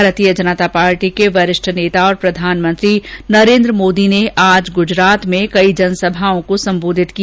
भारतीय जनता पार्टी के वरिष्ठ नेता और प्रधानमंत्री नरेन्द्र मोदी ने आज गुजरात में कई जनसभाओं को संबोधित किया